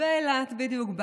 באילת, בדיוק.